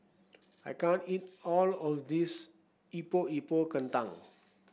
I can't eat all of this Epok Epok Kentang